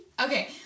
okay